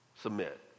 submit